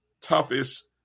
toughest